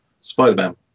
spider-man